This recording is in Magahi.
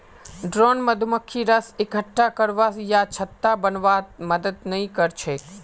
ड्रोन मधुमक्खी रस इक्कठा करवा या छत्ता बनव्वात मदद नइ कर छेक